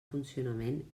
funcionament